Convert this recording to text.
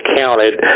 counted